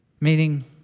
Meaning